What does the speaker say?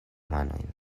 manojn